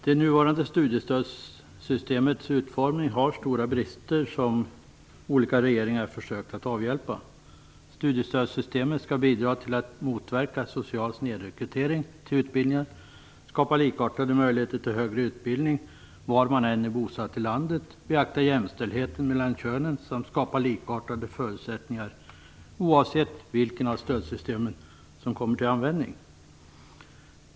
Herr talman! De nuvarande studiestödens utformning har stora brister som olika regeringar försökt att avhjälpa. Studiestödssystemen skall bidra till att motverka social snedrekrytering till utbildningar, skapa likartade möjligheter till högre utbildning var man än är bosatt i landet, beakta jämställdheten mellan könen samt skapa likartade förutsättningar oavsett vilket av stödsystemen som kommer till användning.